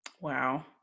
Wow